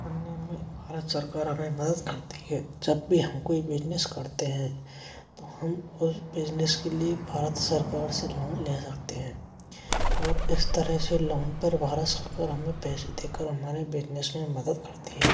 करने में भारत सरकार हमें मदद करती है जब भी हम कोई बिज़नेस करते हैं तो हम उस बिज़नेस के लिए भारत सरकार से लोन ले सकते हैं और इस तरह से लोन पर भारत सरकार हमें पैसे देकर हमारे बिज़नेस में मदद करती है